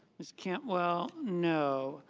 ms. cantwell no.